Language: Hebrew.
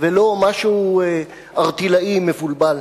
ולא משהו ערטילאי מבולבל,